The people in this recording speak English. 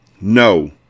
No